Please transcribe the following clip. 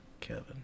Kevin